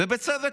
ובצדק.